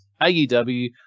AEW